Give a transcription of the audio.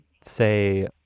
say